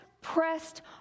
pressed